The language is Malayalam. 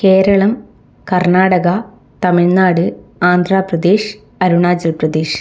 കേരളം കർണാടക തമിഴ്നാട് ആന്ധ്രാ പ്രദേശ് അരുണാചൽ പ്രദേശ്